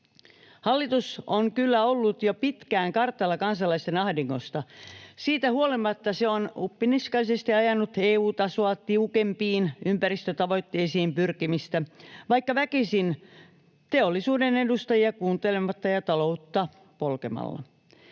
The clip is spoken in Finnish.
Hallitus on kyllä ollut jo pitkään kartalla kansalaisten ahdingosta. Siitä huolimatta se on uppiniskaisesti ajanut EU-tasoa tiukempiin ympäristötavoitteisiin pyrkimistä vaikka väkisin, teollisuuden edustajia kuuntelematta ja taloutta polkemalla.